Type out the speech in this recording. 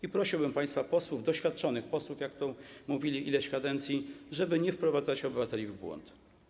I prosiłbym państwa posłów, doświadczonych, będących posłami, jak to mówili, ileś kadencji, żeby nie wprowadzali obywateli w błąd.